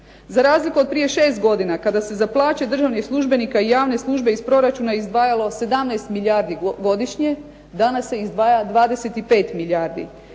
Za razliku od prije 6 godina kada se za plaće državnih službenika i javne službe iz proračuna izdvajalo 17 milijardi godišnje, danas se izdvaja 25 milijardi,